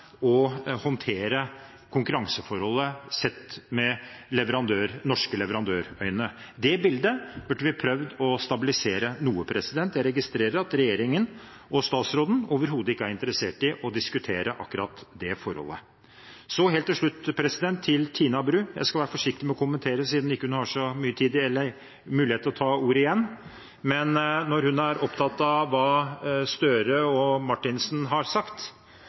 å håndtere konkurranseforholdet sett med norske leverandørøyne. Det bildet burde vi ha prøvd å stabilisere noe. Jeg registrerer at regjeringen og statsråden overhodet ikke er interessert i å diskutere akkurat det forholdet. Så helt til slutt til Tina Bru. Jeg skal være forsiktig med å kommentere så mye siden hun ikke har så mye taletid igjen, men når hun er opptatt av hva Gahr Støre og Marthinsen har sagt,